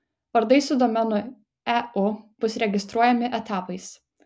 vardai su domenu eu bus registruojami etapais